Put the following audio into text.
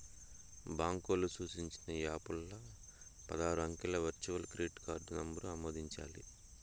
బాంకోల్లు సూచించిన యాపుల్ల పదారు అంకెల వర్చువల్ క్రెడిట్ కార్డు నంబరు ఆమోదించాలి